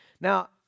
Now